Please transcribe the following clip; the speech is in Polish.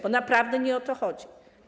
Bo naprawdę nie o to chodzi.